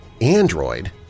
Android